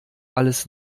alles